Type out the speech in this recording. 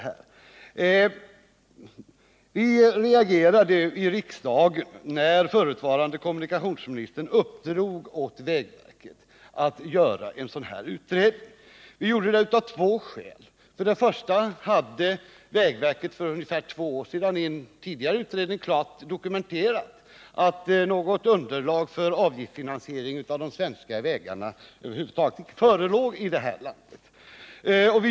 Vi reagerade i riksdagen när förutvarande kommunikationsministern uppdrog åt vägverket att göra en sådan här utredning. Vi gjorde det av två skäl. För det första hade vägverket för två år sedan i en tidigare utredning klart deklarerat att något underlag för avgiftsfinansiering av de svenska vägarna över huvud taget inte förelåg i detta land.